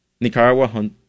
Nicaragua